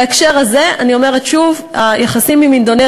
בהקשר הזה אני אומרת שוב: היחסים עם אינדונזיה